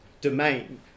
domain